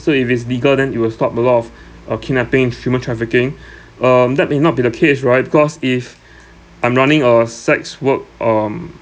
so if it's legal then it will stop a lot of uh kidnapping and human trafficking um that may not be the case right because if I'm running a sex work um